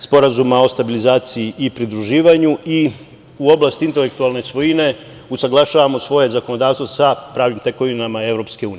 Sporazuma o stabilizaciji i pridruživanju i u oblasti intelektualne svojine usaglašavamo svoje zakonodavstvo sa pravim tekovinama EU.